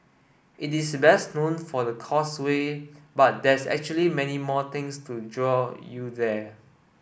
it is best known for the Causeway but there's actually many more things to draw you there